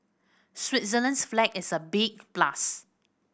Switzerland's flag is a big plus